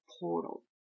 portal